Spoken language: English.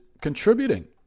contributing